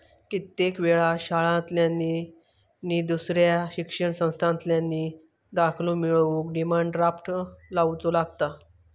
कित्येक वेळा शाळांतल्यानी नि दुसऱ्या शिक्षण संस्थांतल्यानी दाखलो मिळवूक डिमांड ड्राफ्ट लावुचो लागता